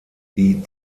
die